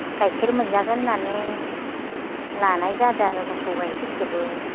गाइखेर मोनजागोन होननानै लानाय जादो आरो मोसौ गायफोरखौबो